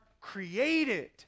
created